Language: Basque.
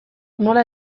nola